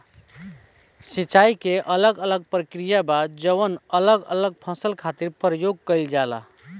सिंचाई के अलग अलग प्रक्रिया बा जवन अलग अलग फसल खातिर प्रयोग कईल जाला